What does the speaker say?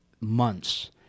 months